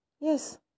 Yes